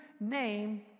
name